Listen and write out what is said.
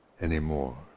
anymore